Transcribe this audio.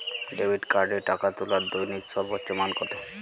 Debit কার্ডে টাকা তোলার দৈনিক সর্বোচ্চ মান কতো?